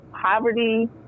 poverty